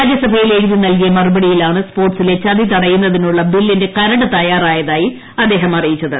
രാജ്യസഭയിൽ എഴുതി നൽകിയ മറുപടിയിലാണ് സ്പോർട്ട്സിലെ ചതി തടയുന്നതിനുള്ള ബില്പിന്റെ കരട് തയാറായതായി അദ്ദേഹം അറിയിച്ചത്